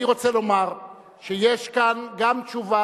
אני רוצה לומר שיש לי גם תשובה